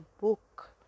book